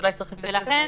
לכן,